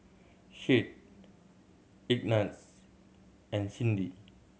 Shade Ignatz and Cyndi